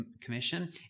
Commission